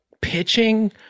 pitching